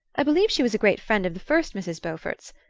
i believe she was a great friend of the first mrs. beaufort's.